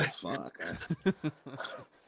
fuck